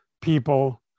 people